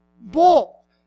bull